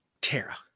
tara